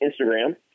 Instagram